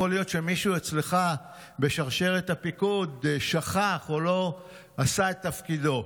יכול להיות שמישהו אצלך בשרשרת הפיקוד שכח או לא עשה את תפקידו.